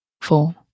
four